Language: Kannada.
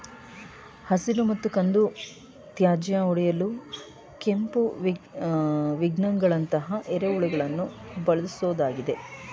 ಹಸಿರು ಮತ್ತು ಕಂದು ತ್ಯಾಜ್ಯ ಒಡೆಯಲು ಕೆಂಪು ವಿಗ್ಲರ್ಗಳಂತಹ ಎರೆಹುಳುಗಳನ್ನು ಬಳ್ಸೋದಾಗಿದೆ